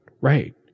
right